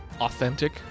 authentic